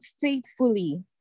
faithfully